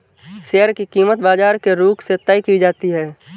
share की कीमत बाजार के रुख से तय की जाती है